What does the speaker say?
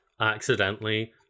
accidentally